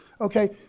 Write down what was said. okay